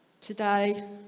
today